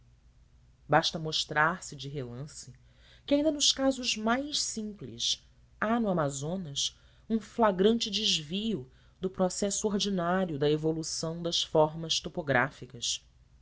baste mostrar-se de relance que ainda nos casos mais simples há no amazonas um flagrante desvio do processo ordinário da evolução das formas topográficas